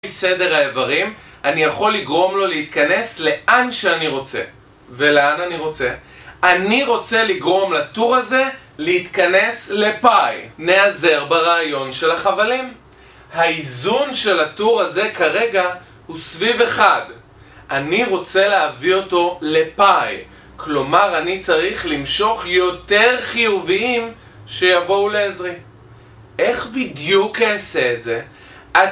בסדר האברים, אני יכול לגרום לו להתכנס לאן שאני רוצה. ולאן אני רוצה? אני רוצה לגרום לטור הזה להתכנס לפאי. נעזר ברעיון של החבלים. האיזון של הטור הזה כרגע, הוא סביב אחד. אני רוצה להביא אותו לפאי. כלומר אני צריך למשוך יותר חיוביים, שיבואו לעזרי. איך בדיוק אני אעשה את זה?